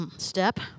step